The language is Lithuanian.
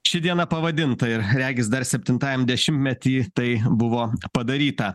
ši diena pavadinta ir regis dar septintajam dešimtmety tai buvo padaryta